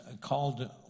called